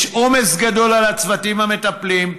יש עומס גדול על הצוותים המטפלים.